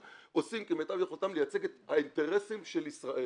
עושים כמיטב יכולתם כדי לייצג את האינטרסים של ישראל.